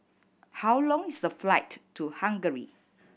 how long is the flight to Hungary